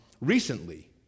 Recently